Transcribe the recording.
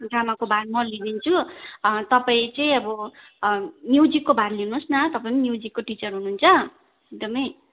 ड्रामाको भार म लिइदिन्छु तपाईँ चाहिँ अब म्युजिकको भार लिनुहोस् न तपाईँ म्युजिकको टिचर हुनुहुन्छ एकदमै